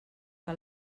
que